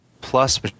Plus